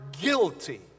guilty